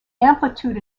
amplitude